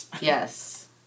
Yes